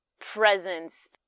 presence